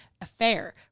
affair